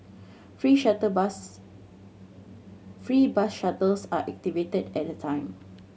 free shuttle bus free bus shuttles are activated at the time